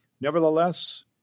Nevertheless